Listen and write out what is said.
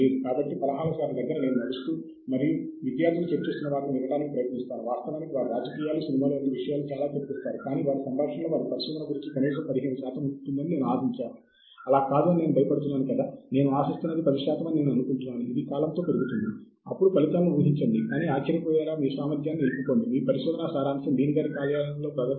మనము ఆ సైట్లలో కొన్నింటిని తెరుస్తాము సభ్యత్వం పొందకుండా అందుబాటులో ఉన్న పూర్తి పత్రాలను ఎలా పొందగలమో చూద్దాము